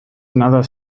another